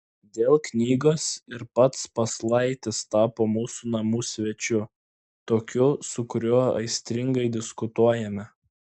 dėl knygos ir pats paslaitis tapo mūsų namų svečiu tokiu su kuriuo aistringai diskutuojame